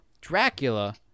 Dracula